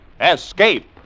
Escape